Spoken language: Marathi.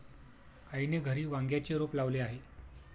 आईने घरी वांग्याचे रोप लावले आहे